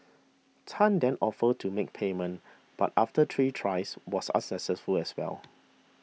Tan then offered to make payment but after three tries was unsuccessful as well